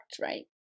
right